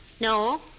No